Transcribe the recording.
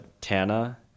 Tana